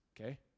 okay